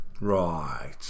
Right